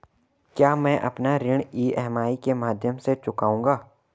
क्या मैं अपना ऋण ई.एम.आई के माध्यम से चुकाऊंगा?